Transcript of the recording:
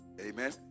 Amen